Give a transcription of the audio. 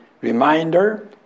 reminder